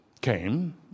came